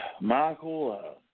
Michael